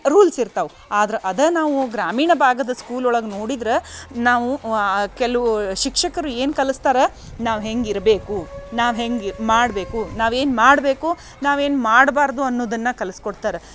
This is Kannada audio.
ರೂಲ್ಸ್ ಇರ್ತವೆ ಆದ್ರೆ ಅದೇ ನಾವು ಗ್ರಾಮೀಣ ಭಾಗದ ಸ್ಕೂಲ್ ಒಳಗೆ ನೋಡಿದ್ರೆ ನಾವು ಕೆಲವು ಶಿಕ್ಷಕರು ಏನು ಕಲಿಸ್ತಾರ ನಾವು ಹೆಂಗೆ ಇರಬೇಕು ನಾವು ಹೆಂಗೆ ಈ ಮಾಡಬೇಕು ನಾವು ಏನು ಮಾಡಬೇಕು ನಾವು ಏನು ಮಾಡಬಾರ್ದು ಅನ್ನೋದನ್ನ ಕಲಿಸಿ ಕೊಡ್ತಾರ